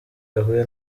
yahuye